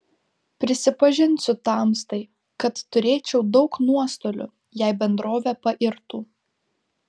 prisipažinsiu tamstai kad turėčiau daug nuostolių jei bendrovė pairtų